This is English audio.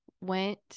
went